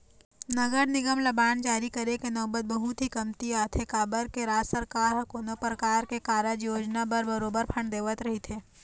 नगर निगम ल बांड जारी करे के नउबत बहुत ही कमती आथे काबर के राज सरकार ह कोनो परकार के कारज योजना बर बरोबर फंड देवत रहिथे